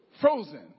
Frozen